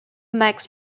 max